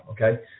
okay